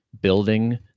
building